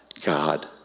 God